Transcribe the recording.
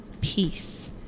peace